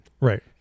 Right